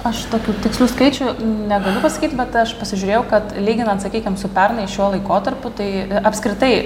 aš tokių tikslių skaičių negaliu pasakyt bet aš pasižiūrėjau kad lyginant sakykim su pernai šiuo laikotarpiu tai apskritai